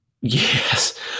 Yes